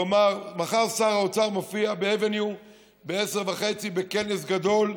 מחר שר האוצר מופיע ב"אווניו" ב-10:30 בכנס גדול,